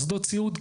הערבית.